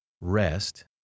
rest